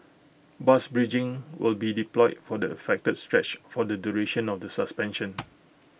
bus bridging will be deployed for the affected stretch for the duration of the suspension